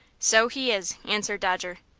so he is, answered dodger,